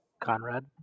Conrad